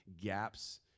gaps